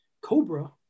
Cobra